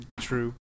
True